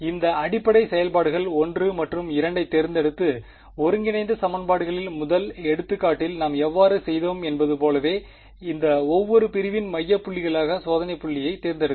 இந்த அடிப்படை செயல்பாடுகள் 1 மற்றும் 2 ஐத் தேர்ந்தெடுத்து ஒருங்கிணைந்த சமன்பாடுகளில் முதல் எடுத்துக்காட்டில் நாம் எவ்வாறு செய்தோம் என்பது போலவே இந்த ஒவ்வொரு பிரிவின் மைய புள்ளிகளாக சோதனை புள்ளிகளைத் தேர்ந்தெடுக்கவும்